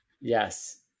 yes